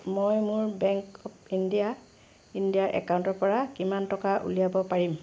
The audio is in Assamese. মই মোৰ বেংক অৱ ইণ্ডিয়াৰ ইণ্ডিয়াৰ একাউণ্টৰপৰা কিমান টকা উলিয়াব পাৰিম